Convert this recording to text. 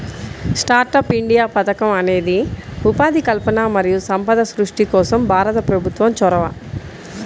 startup India పథకం అనేది ఉపాధి కల్పన మరియు సంపద సృష్టి కోసం భారత ప్రభుత్వం చొరవ